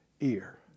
ear